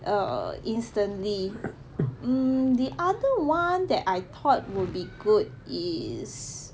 err instantly the other one that I thought would be good is